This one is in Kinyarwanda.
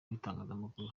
w’itangazamakuru